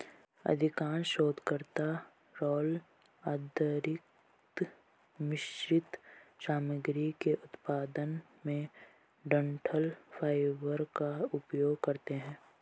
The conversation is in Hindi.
अधिकांश शोधकर्ता राल आधारित मिश्रित सामग्री के उत्पादन में डंठल फाइबर का उपयोग करते है